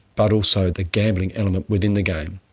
but also the gambling element within the game.